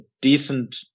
decent